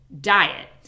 diet